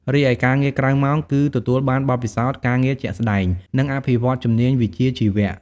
រីឯការងារក្រៅម៉ោង គឺទទួលបានបទពិសោធន៍ការងារជាក់ស្តែង និងអភិវឌ្ឍន៍ជំនាញវិជ្ជាជីវៈ។